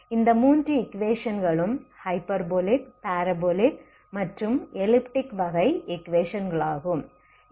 இந்த மூன்று ஈக்வேஷன்களும் ஹைபெர்போலிக் பரபோலிக் மற்றும் எலிப்டிக் வகை ஈக்வேஷன்களாகும்